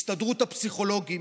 הסתדרות הפסיכולוגים,